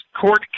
court